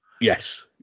Yes